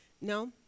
No